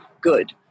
good